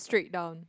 straight down